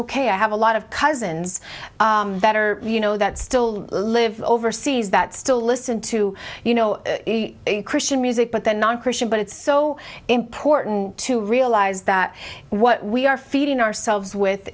ok i have a lot of cousins that are you know that still live overseas that still listen to you know christian music but they're not christian but it's so important to realize that what we are feeding ourselves with